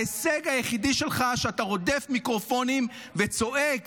ההישג היחידי שלך, שאתה רודף מיקרופונים וצועק.